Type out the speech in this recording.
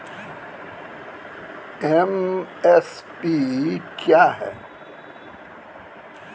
MSP क्या है?